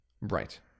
right